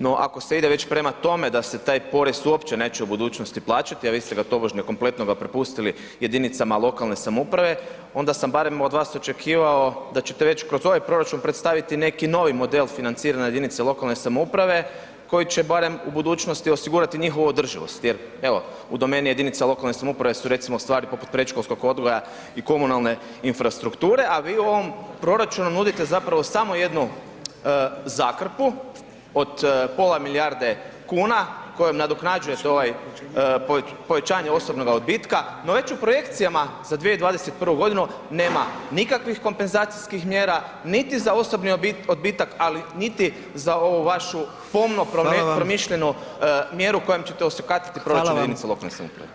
no ako se ide već prema tome da se taj porez uopće neće u budućnosti plaćati, a vi ste ga tobožnje kompletnoga prepustili jedinicama lokalne samouprave, onda sam barem od vas očekivao da ćete već kroz ovaj proračun predstaviti neki novi model financiranja jedinica lokalne samouprave koji će barem u budućnosti osigurati njihovu održivost jer evo, u domeni jedinica lokalne samouprave su recimo stvari poput predškolskog odgoja i komunalne infrastrukture a vi u ovom proračunu nudite zapravo samo jednu zakrpu od pola milijarde kuna kojom nadoknađujete ovo povećanje osobnog odbitka no već u projekcijama za 2021. g. nema nikakvih kompenzacijskih mjera niti za osobni odbitak ali niti za ovu vašu pomno promišljenu mjeru kojom ćete osakatiti proračun jedinica lokalne samouprave.